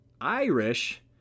Irish